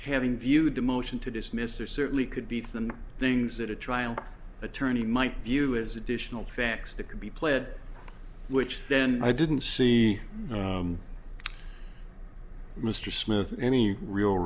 having viewed the motion to dismiss there certainly could be the things that a trial attorney might view as additional facts that could be pled which then i didn't see mr smith any real